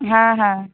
হ্যাঁ হ্যাঁ